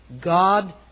God